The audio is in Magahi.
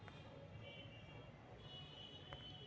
रियायती ऋण बैंक चाहे सरकार द्वारा देल जाइ छइ